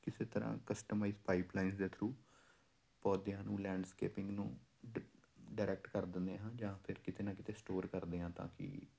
ਕਿਸੇ ਤਰ੍ਹਾਂ customise pipe lines ਦੇ ਥਰੂ ਪੌਂਦਿਆਂ ਨੂੰ ਲੈਂਡਸਕੇਪਿੰਗ ਨੂੰ ਡ ਡਰੈਕਟ ਕਰ ਦਿੰਦੇ ਹਾਂ ਜਾਂ ਫਿਰ ਕਿਤੇ ਨਾ ਕਿਤੇ ਸਟੋਰ ਕਰਦੇ ਹਾਂ ਤਾਂ ਕਿ